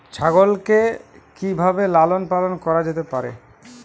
ছাগল কি ভাবে লালন পালন করা যেতে পারে?